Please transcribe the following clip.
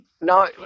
No